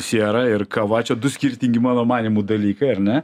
sierą ir kava čia du skirtingi mano manymu dalykai ar ne